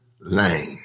lane